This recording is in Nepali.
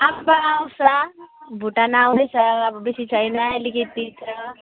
अब आउँछ भुटान आउँदैछ अब बेसी छैन अलिकति छ